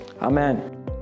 amen